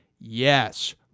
Yes